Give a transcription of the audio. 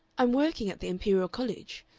i'm working at the imperial college.